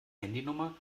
handynummer